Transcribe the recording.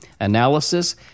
analysis